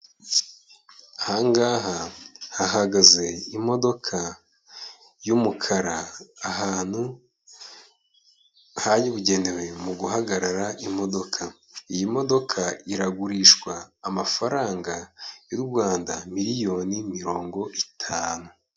Aha ngaha hahagaze imodoka y'umukara ahantu habugenewe mu guhagarara imodoka. Iyi modoka iragurishwa amafaranga y'u Rwanda miliyoni mirongo itanu.